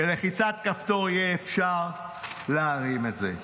בלחיצת כפתור יהיה אפשר להרים את זה.